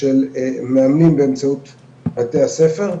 של מאמנים באמצעות בתי הספר,